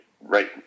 Right